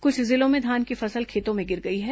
कुछ जिलों में धान की फसल खेतों में गिर गई है